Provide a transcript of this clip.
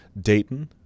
Dayton